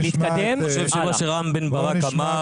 אני חושב שכמו שרם בן ברק אמר,